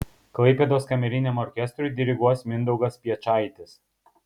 klaipėdos kameriniam orkestrui diriguos mindaugas piečaitis